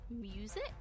music